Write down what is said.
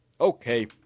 Okay